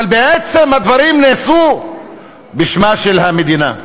אבל בעצם הדברים נעשו בשמה של המדינה,